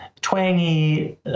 twangy